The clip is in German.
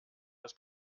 das